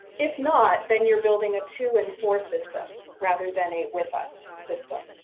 if not, then you are building a to and for system, rather than a with us system,